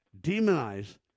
demonize